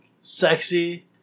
sexy